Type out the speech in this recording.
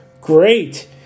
Great